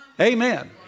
Amen